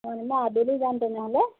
মই আবেলি যাম তেনেহ'লে